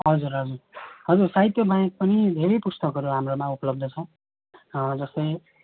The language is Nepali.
हजुर हजुर हजुर साहित्य बाहेक पनि धेरै पुस्तकहरू हाम्रोमा उपलब्ध छ जस्तै